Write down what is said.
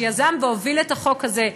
שיזם והוביל את החוק הזה,